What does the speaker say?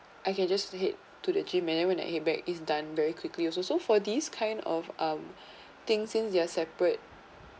I can just head to the gym and then when I head back is done very quickly also so for this kind of um thing since they are separate